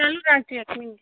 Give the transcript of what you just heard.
ચાલુ રાખજો એક મિનિટ